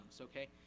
okay